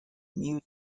music